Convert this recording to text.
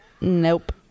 Nope